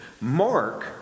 Mark